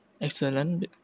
excellent